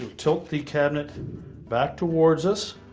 tilt the cabinet back towards us.